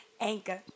anchor